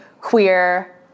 queer